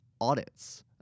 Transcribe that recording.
audits